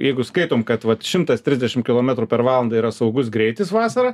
jeigu skaitom vat šimtas trisdešim kilometrų per valandą yra saugus greitis vasarą